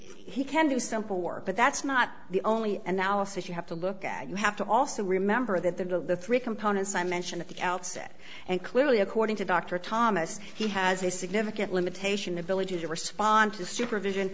he can do simple work but that's not the only and now says you have to look at you have to also remember that the three components i mentioned at the outset and clearly according to dr thomas he has a significant limitation ability to respond to supervision